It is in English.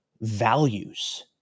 values